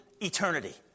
eternity